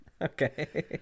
Okay